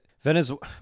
Venezuela